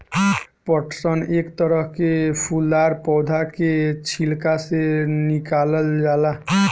पटसन एक तरह के फूलदार पौधा के छिलका से निकालल जाला